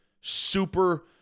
super